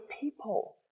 people